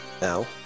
Now